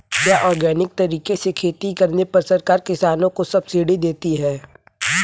क्या ऑर्गेनिक तरीके से खेती करने पर सरकार किसानों को सब्सिडी देती है?